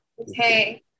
Okay